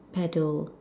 paddle